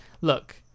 Look